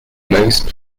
most